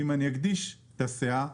בנוסף,